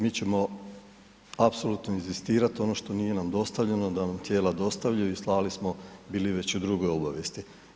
Mi ćemo apsolutno inzistirati ono što nije nam dostavljeno da nam tijela dostavljaju i slali smo bili već u drugoj obavijesti.